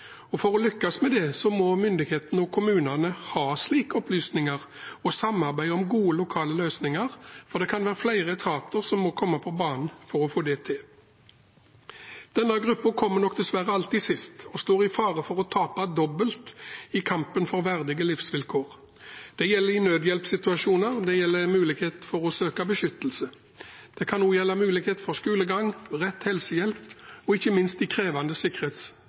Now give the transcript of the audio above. måte. For å lykkes med det må myndighetene og kommunene ha slike opplysninger for å samarbeide om gode lokale løsninger, og det kan være flere etater som må komme på banen for å få det til. Denne gruppen kommer dessverre alltid sist og står i fare for å tape dobbelt i kampen for verdige livsvilkår, det gjelder i nødhjelpssituasjoner og når det gjelder mulighet for å søke beskyttelse. Det kan også gjelde mulighet for skolegang, rett helsehjelp og ikke minst i krevende